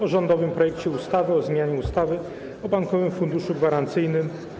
o rządowym projekcie ustawy o zmianie ustawy o Bankowym Funduszu Gwarancyjnym.